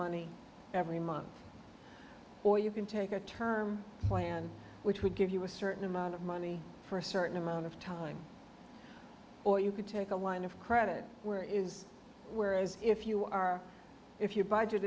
money every month or you can take a term plan which would give you a certain amount of money for a certain amount of time or you could take a line of credit where is where is if you are if your budget